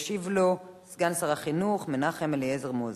ישיב לו סגן שר החינוך מנחם אליעזר מוזס.